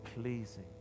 pleasing